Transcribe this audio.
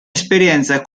esperienza